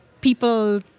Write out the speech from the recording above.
people